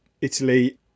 Italy